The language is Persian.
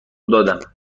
دادم